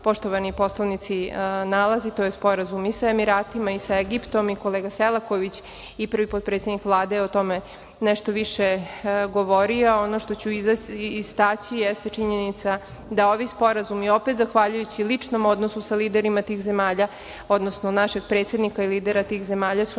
poštovani poslanici nalazi, to je sporazum i sa emiratima i sa Egiptom. Kolega Selaković i prvi potpredsednik Vlade je o tome nešto više govorio. Ono što ću istaći jeste činjenica da ovi sporazumi opet zahvaljujući ličnom odnosu sa liderima tih zemalja, odnosno našeg predsednika i lidera tih zemalja su